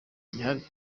gihari